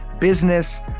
business